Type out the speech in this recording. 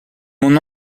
mon